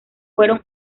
fueron